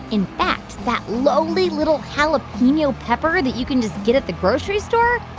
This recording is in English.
in fact, that lowly little jalapeno pepper that you can just get at the grocery store,